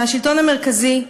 מהשלטון המרכזי,